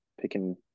picking